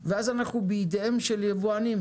ואז אנחנו בידיהם של יבואנים.